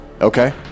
Okay